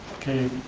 okay,